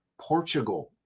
Portugal